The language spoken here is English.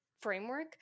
framework